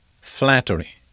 flattery